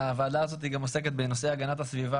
הוועדה הזאת עוסקת גם בנושא הגנת הסביבה